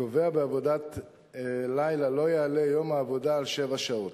קובע: בעבודת לילה לא יעלה יום העבודה על שבע שעות.